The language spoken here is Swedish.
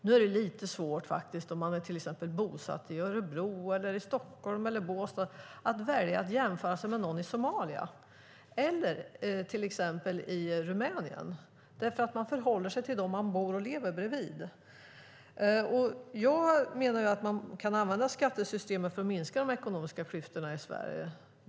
Nu är det faktiskt lite svårt om man till exempel är bosatt i Örebro, Stockholm eller Båstad att välja att jämföra sig med någon i Somalia eller till exempel i Rumänien, därför att man förhåller sig till dem man bor och lever bredvid. Jag menar att man kan använda skattesystemet för att minska de ekonomiska klyftorna i Sverige.